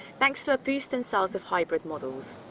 thanks to a boost in sales of hybrid models.